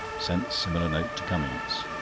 sent similar note to cummings.